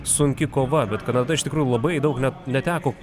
sunki kova bet kanada iš tikrųjų labai daug na neteko